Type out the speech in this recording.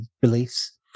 beliefs